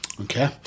Okay